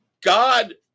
God